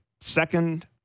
second